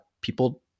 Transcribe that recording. people